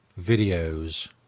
videos